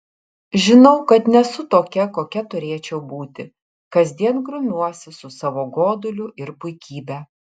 žinau kad nesu tokia kokia turėčiau būti kasdien grumiuosi su savo goduliu ir puikybe